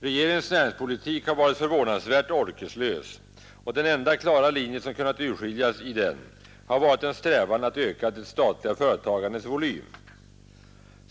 Regeringens näringspolitik har varit förvånansvärt orkeslös, och den enda klara linje som kunnat urskiljas i den har varit en strävan att öka det statliga företagandets volym.